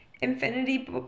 Infinity